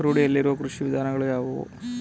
ರೂಢಿಯಲ್ಲಿರುವ ಕೃಷಿ ವಿಧಾನಗಳು ಯಾವುವು?